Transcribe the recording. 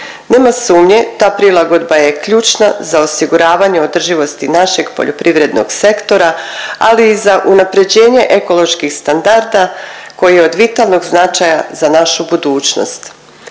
Nema sumnje ta prilagodba je ključna za osiguravanje održivosti našeg poljoprivrednog sektora, ali i za unaprjeđenje ekološkog standarda koji je od vitalnog značaja za našu budućnost.